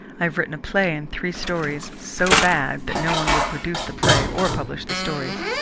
i have written a play and three stories, so bad that no one would produce the play or publish the stories.